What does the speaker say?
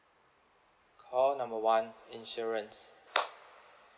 call number one insurance